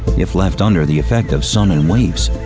if left under the effect of sun and waves.